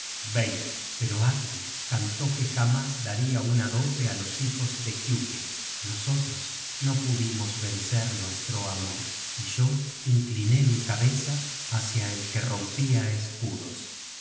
obtenerme pero atle cantó que jamás daria una dote á los hijos de giuke nosotros no pudimos véase la pág content from google book search generated at vencer nuestro amor y yo incliné mi cabeza hacia el que rompia escudos